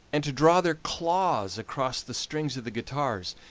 and to draw their claws across the strings of the guitars,